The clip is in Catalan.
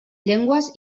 llengües